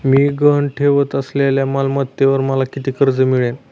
मी गहाण ठेवत असलेल्या मालमत्तेवर मला किती कर्ज मिळेल?